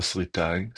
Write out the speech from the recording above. תסריטאי,